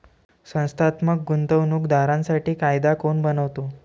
संस्थात्मक गुंतवणूक दारांसाठी कायदा कोण बनवतो?